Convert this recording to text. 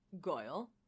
Goyle